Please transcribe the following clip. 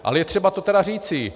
Ale je třeba to teda říci.